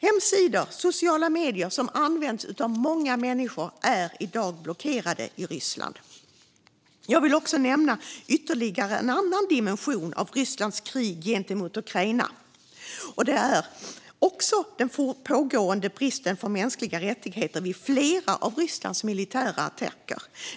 Hemsidor och sociala medier som används av många människor är i dag blockerade i Ryssland. Jag vill också nämna ytterligare en dimension av Rysslands krig mot Ukraina, nämligen den pågående bristen på respekt för mänskliga rättigheter vid flera av Rysslands militära attacker.